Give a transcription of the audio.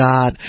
God